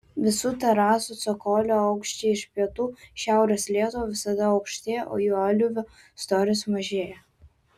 visų terasų cokolių aukščiai iš pietų į šiaurės lietuvą visada aukštėja o jų aliuvio storis mažėja